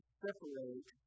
separate